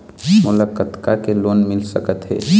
मोला कतका के लोन मिल सकत हे?